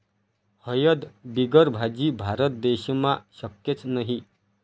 हयद बिगर भाजी? भारत देशमा शक्यच नही